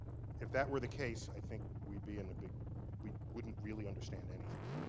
if that were the case, i think we'd be in the big we wouldn't really understand anything.